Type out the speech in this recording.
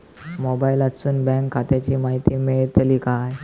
मोबाईलातसून बँक खात्याची माहिती मेळतली काय?